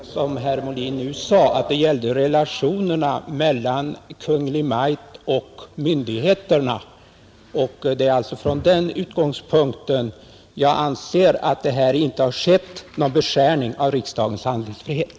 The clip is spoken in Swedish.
Herr talman! Jag fäster mig just vid detta som herr Molin nu sade, att det gällde relationerna mellan Kungl. Maj:t och myndigheterna. Det är alltså från den utgångspunkten jag anser att det här inte skett någon beskärning av riksdagens handlingsfrihet.